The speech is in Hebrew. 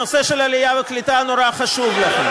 הנושא של עלייה וקליטה נורא חשוב לכם.